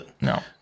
No